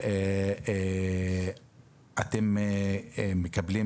אתם מקבלים